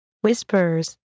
Whispers